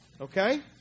okay